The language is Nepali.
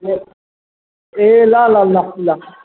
ए ल ल ल ल